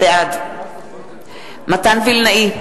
בעד מתן וילנאי,